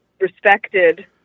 respected